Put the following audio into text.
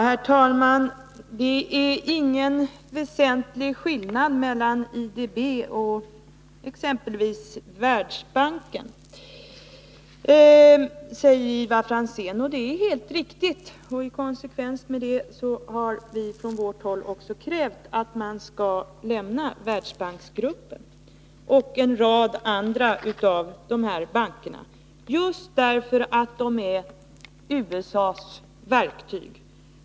Herr talman! Det är ingen väsentlig skillnad mellan IDB och exempelvis Världsbanken, säger Ivar Franzén. Det är helt riktigt. I konsekvens med det har vi från vårt håll krävt att vi också skall lämna Världsbanksgruppen och en rad andra utvecklingsbanker, just därför att de är USA:s verktyg.